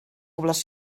les